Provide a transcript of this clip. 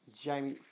Jamie